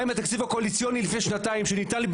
כששאלתי מקודם מה עם התקציב הקואליציוני לפני שנתיים